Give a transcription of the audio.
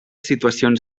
situacions